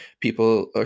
people